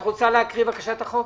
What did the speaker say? את רוצה לקרוא את הצעת החוק?